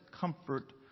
comfort